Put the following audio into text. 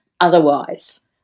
otherwise